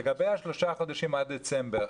לגבי שלושת החודשים עד דצמבר,